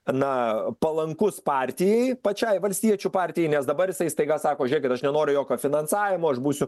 na palankus partijai pačiai valstiečių partijai nes dabar jisai staiga sako žiūrėkit aš nenoriu jokio finansavimo aš būsiu